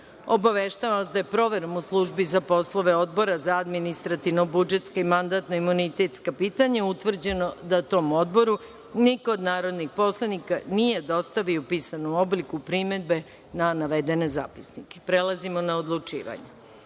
vas da je proverom u službi za poslove Odbora za administrativno-budžetska i mandatno-imunitetska pitanja utvrđeno da tom Odboru niko od narodnih poslanika nije dostavio u pisanom obliku primedbe na navedene zapisnike. Prelazimo na odlučivanje. Stavljam